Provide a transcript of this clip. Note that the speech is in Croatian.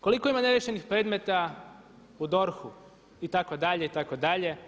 Koliko ima neriješenih predmeta u DORH-u itd. itd.